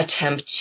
attempt